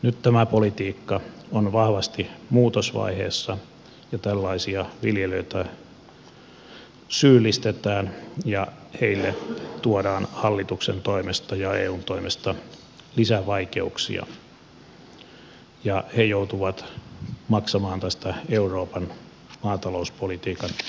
nyt tämä politiikka on vahvasti muutosvaiheessa ja tällaisia viljelijöitä syyllistetään ja heille tuodaan hallituksen toimesta ja eun toimesta lisää vaikeuksia ja he joutuvat maksamaan tästä euroopan maatalouspolitiikan murroksesta